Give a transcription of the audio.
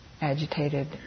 agitated